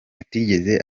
atigeze